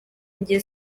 jye